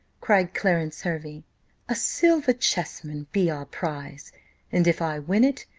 cried clarence hervey a silver chess-man be our prize and if i win it,